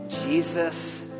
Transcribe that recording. Jesus